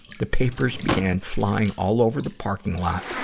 the papers began flying all over the parking lot,